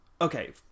Okay